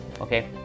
Okay